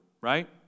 right